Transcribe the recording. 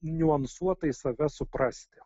niuansuotai save suprasti